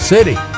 City